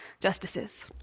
Justices